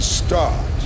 start